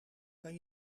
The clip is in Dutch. kan